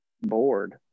bored